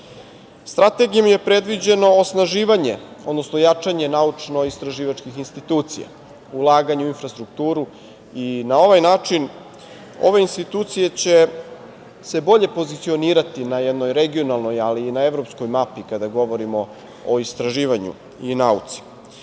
oblasti. Strategijom je predviđeno osnaživanje, odnosno jačanje naučno-istraživačkih institucija, ulaganje u infrastrukturu i na ovaj način će se ove institucije bolje pozicionirati na jednoj regionalnoj ali i na evropskoj mapi kada govorimo o istraživanju i nauci. Ove